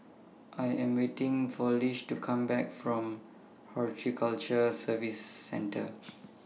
I Am waiting For Lish to Come Back from Horticulture Services Centre